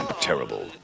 terrible